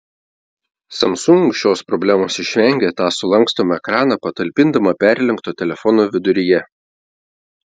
samsung šios problemos išvengė tą sulankstomą ekraną patalpindama perlenkto telefono viduryje